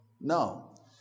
No